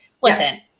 Listen